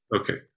Okay